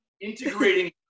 integrating